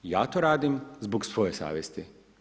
Ja to radim, zbog svoje savjesti.